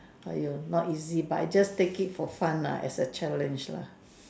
!aiyo! not easy but I just take it for fun lah as a challenge lah